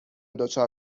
دچار